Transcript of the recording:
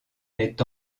est